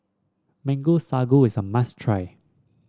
Mango Sago is a must try